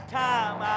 time